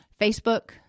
Facebook